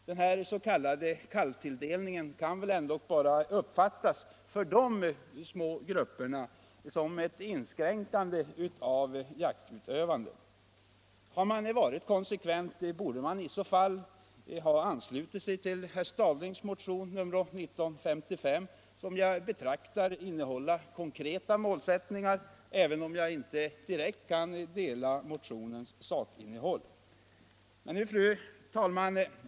Den s.k. kalvtilldelningen kan väl av de små grupperna ändock bara uppfattas som ett inskränkande i jaktutövandet. Om man hade varit konsekvent, borde man ha anslutit sig till herr Stadlings motion nr 1955, som jag anser innehåller konkreta målsättningar, även om jag inte kan ansluta mig till motionens sakinnehåll. Fru talman!